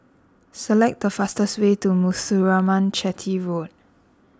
select the fastest way to Muthuraman Chetty Road